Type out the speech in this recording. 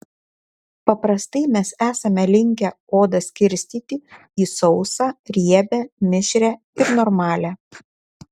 paprastai mes esame linkę odą skirstyti į sausą riebią mišrią ir normalią